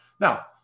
Now